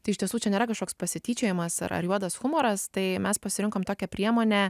tai iš tiesų čia nėra kažkoks pasityčiojimas ar juodas humoras tai mes pasirinkom tokią priemonę